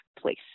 place